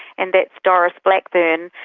and that's doris blackburn.